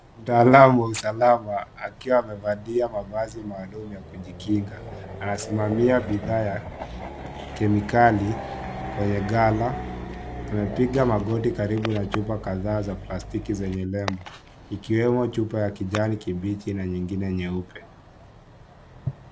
Mtaalamu wa usalama akiwa amevalia mavazi maalum ya kujikinga. Anasimamia bidhaa ya kemikali kwenye gala. Amepiga magoti karibu na chupa kadhaa za plastiki zenye nembo ikiwemo chupa ya kijani kibichi na nyingine ya nyeupe.